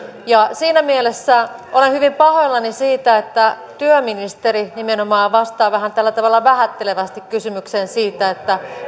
siinä mielessä olen hyvin pahoillani siitä että työministeri nimenomaan vastaa vähän tällä tavalla vähättelevästi kysymykseen siitä